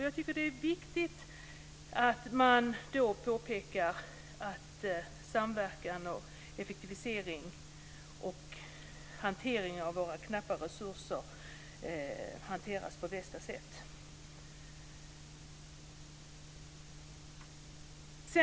Jag tycker att det är viktigt att påpeka att det är nödvändigt med samverkan och effektivisering och att våra knappa resurser ska hanteras på bästa sätt.